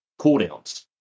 cooldowns